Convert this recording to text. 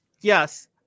Yes